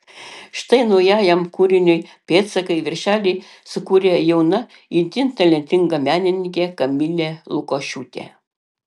štai naujajam kūriniui pėdsakai viršelį sukūrė jauna itin talentinga menininkė kamilė lukošiūtė